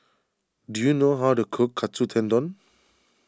do you know how to cook Katsu Tendon